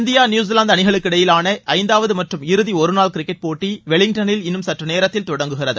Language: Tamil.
இந்தியா நியுசிலாந்து அணிகளுக்கிடையேயான ஐந்தாவது மற்றும் இறுதி ஒருநாள் கிரிக்கெட் போட்டி வெலிங்டனில் இன்னும் சற்று நேநரத்தில் தொடங்குகிறது